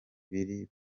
biri